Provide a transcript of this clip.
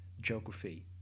geography